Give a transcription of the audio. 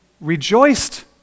rejoiced